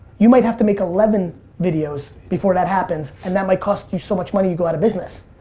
you might have to make eleven videos before that happens and that might cost you so much money you go out of business,